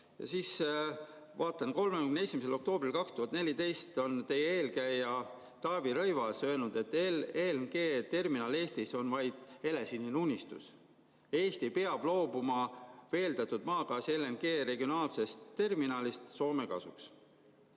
Vaatasin, 31. oktoobril 2014 on teie eelkäija Taavi Rõivas öelnud, et LNG terminal Eestis on vaid helesinine unistus, Eesti peab loobuma veeldatud maagaasi ehk LNG regionaalsest terminalist Soome kasuks.